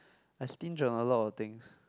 I stinge on a lot of things